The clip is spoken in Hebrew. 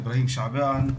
אברהים שעבאן.